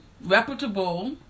reputable